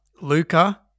Luca